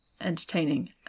entertaining